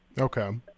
okay